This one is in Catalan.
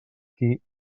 qui